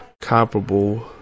comparable